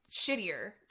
shittier